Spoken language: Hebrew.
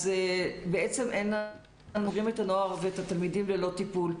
בעצם אנחנו משאירים את הנוער ואת התלמידים ללא טיפול,